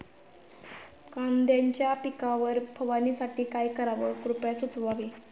कांद्यांच्या पिकावर फवारणीसाठी काय करावे कृपया सुचवावे